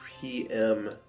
PM